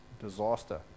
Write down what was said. disaster